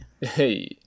hey